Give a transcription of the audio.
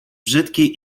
brzyki